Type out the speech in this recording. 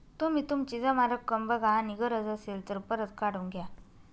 तुम्ही तुमची जमा रक्कम बघा आणि गरज असेल तर परत काढून घ्या